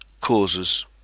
Causes